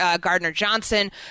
Gardner-Johnson